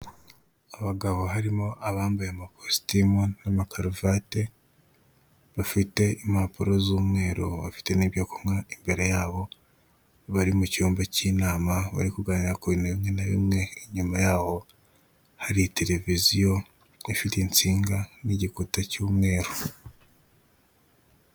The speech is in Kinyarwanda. Abagabo babiri bose bafite kasike zanditseho sefu moto, aba bagabo bose bambaye amarinete umwe ni umwirabura ariko undi ni umuzungu.